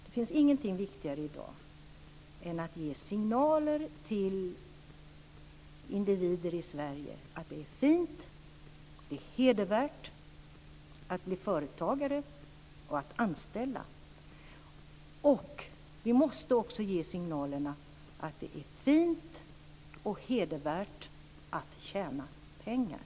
Det finns ingenting viktigare i dag än att ge signaler till individer i Sverige att det är fint och hedervärt att bli företagare och att anställa. Vi måste också ge signalerna att det är fint och hedervärt att tjäna pengar.